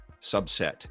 subset